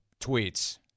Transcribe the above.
tweets